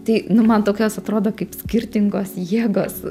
tai nu man tokios atrodo kaip skirtingos jėgos